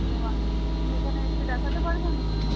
তো আপনি এখানে এসে দেখাতে পারবেন তো